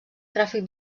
tràfic